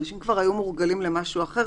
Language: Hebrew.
אנשים היו מורגלים למשהו אחד,